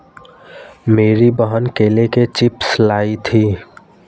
मेरी बहन केले के चिप्स लाई थी